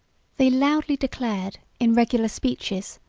they loudly declared, in regular speeches,